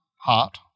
heart